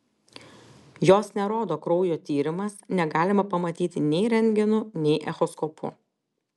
jos nerodo kraujo tyrimas negalima pamatyti nei rentgenu nei echoskopu